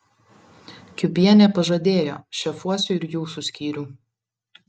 kiubienė pažadėjo šefuosiu ir jūsų skyrių